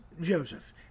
Joseph